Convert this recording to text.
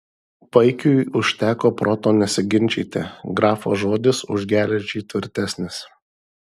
vaikiui užteko proto nesiginčyti grafo žodis už geležį tvirtesnis